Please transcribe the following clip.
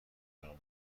آمریکا